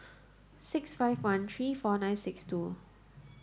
six five one three four nine six two